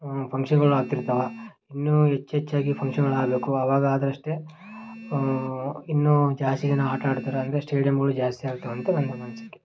ಫಂಕ್ಷನ್ನುಗಳು ಆಗ್ತಿರ್ತವೆ ಇನ್ನೂ ಹೆಚ್ ಹೆಚ್ಚಾಗಿ ಫಂಕ್ಷನ್ನುಗಳು ಆಗಬೇಕು ಅವಾಗ ಆದರಷ್ಟೆ ಇನ್ನೂ ಜಾಸ್ತಿ ಜನ ಆಟ ಆಡ್ತಾರೆ ಅಂದರೆ ಸ್ಟೇಡಿಯಮ್ಮುಗಳು ಜಾಸ್ತಿ ಆಗ್ತವೆ ಅಂತ ನನ್ನ ಒಂದು ಅನಿಸಿಕೆ